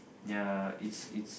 ya it's it's